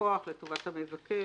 טובת המבקש.